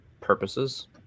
purposes